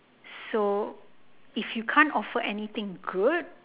so if you can't offer anything good